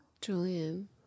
Julian